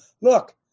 look